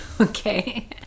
Okay